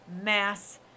mass